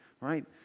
Right